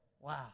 Wow